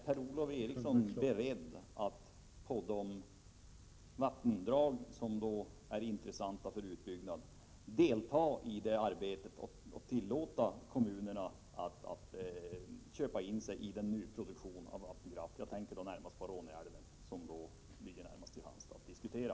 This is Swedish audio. Per-Ola Eriksson är beredd att delta i arbetet och tillåta kommunerna att köpa in sig i nyproduktion av vattenkraft i de vattendrag som är intressanta för utbyggnad. Jag tänker på Råneälven, som ligger närmast till hands att diskutera.